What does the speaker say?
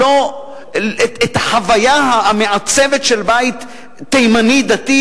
לא על החוויה המעצבת של בית תימני דתי